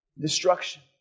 Destruction